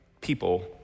people